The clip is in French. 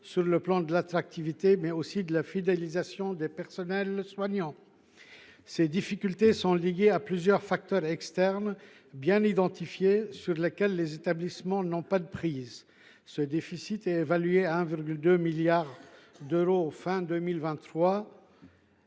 sur le plan de l’attractivité et de la fidélisation des personnels soignants. Ces difficultés sont liées à plusieurs facteurs externes, bien identifiés, sur lesquels les établissements n’ont pas de prise. Le déficit est évalué à 1,2 milliard d’euros à la